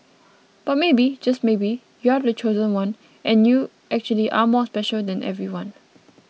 but maybe just maybe you're the chosen one and you actually are more special than everyone